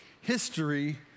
History